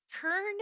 turn